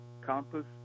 Compass